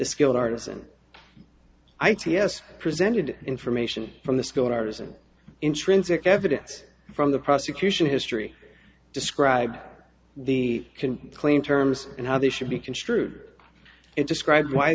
skilled artisan i ts presented information from the skilled artisan intrinsic evidence from the prosecution history describe the can claim terms and how they should be construed it described why